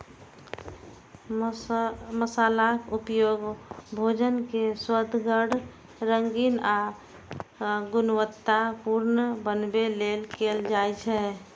मसालाक उपयोग भोजन कें सुअदगर, रंगीन आ गुणवतत्तापूर्ण बनबै लेल कैल जाइ छै